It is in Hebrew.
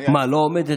מה, לא עומדת